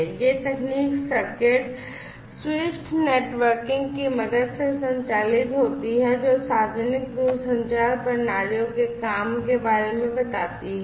यह तकनीक circuit switched networking की मदद से संचालित होती है जो सार्वजनिक दूरसंचार प्रणालियों के काम के बारे में बताती है